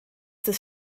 des